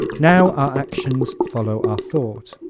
now our actions follow our thoughts.